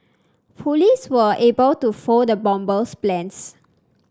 police were able to foil the bomber's plans